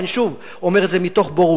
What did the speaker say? ושוב אני אומר את זה מתוך בורות,